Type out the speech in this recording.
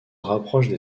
rapprochent